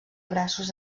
braços